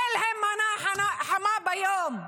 אין להם מנה חמה ביום.